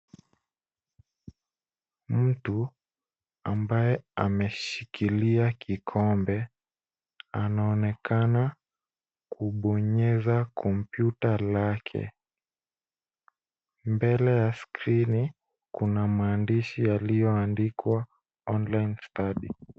Mtu ambaye ameshikilia kikombe, anaonekana kubonyeza kompyuta lake. Mbele ya skrini, kuna maandishi yaliyoandikwa online study .